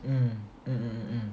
mm mm